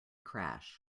crash